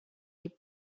les